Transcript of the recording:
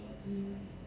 mm